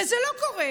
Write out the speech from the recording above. וזה לא קורה,